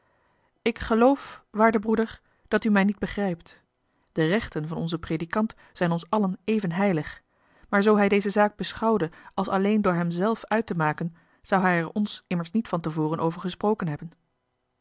ik geloof waarde broeder dat u mij niet begrijpt de rechten van onzen predikant zijn ons allen even heilig maar zoo hij deze zaak beschouwde als alleen door hemzelf uit te maken zou hij er ons immers niet van te voren over gesproken hebben